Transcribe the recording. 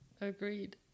agreed